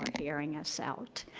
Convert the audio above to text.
hearing us out.